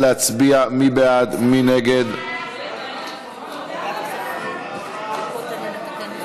(סמכות רשות מקומית לתת פטור